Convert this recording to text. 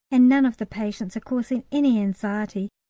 and none of the patients are causing any anxiety,